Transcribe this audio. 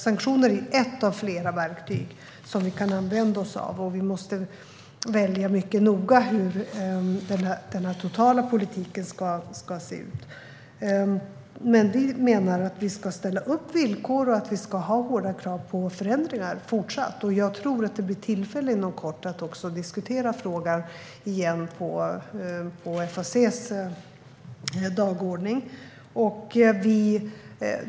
Sanktioner är ett av flera verktyg som vi kan använda oss av, och vi måste välja mycket noga hur den totala politiken ska se ut. Men vi menar att vi ska ställa upp villkor och fortsatt ha hårda krav på förändringar. Jag tror också att det inom kort blir tillfälle att diskutera frågan igen när den står på FAC:s dagordning.